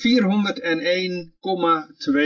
401,2